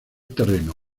terreno